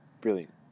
brilliant